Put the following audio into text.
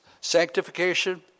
sanctification